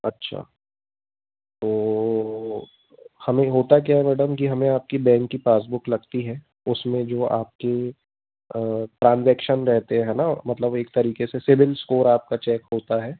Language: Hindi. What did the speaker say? अच्छा तो हमें होता क्या है मैडम कि हमें आपकी बैंक की पासबुक लगती है उसमें जो आपकी ट्रांज़ेक्शन रहते हैं ना मतलब एक तरीक़े से सिबिल स्कोर आपका चेक होता है